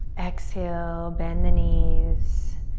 exhale, bend the knees.